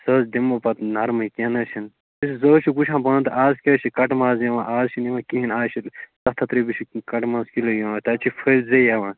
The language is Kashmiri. سُہ حظ دِمہٕ بہٕ پَتہٕ نَرمٕے کیٚنٛہہ نہٕ حظ چھُنہٕ ژٕ حظ چھُکھ وُچھان پانہٕ تہِ اَز کیٛاہ چھِ کَٹہٕ ماز یِوان اَز چھِنہٕ یِوان کِہیٖنٛۍ اَز چھِ سَتھ ہَتھ رۄپیہِ چھِ کَٹہٕ ماز کِلوٗ یِوان تَتہِ چھِ پھٔلۍ زٕ یِوان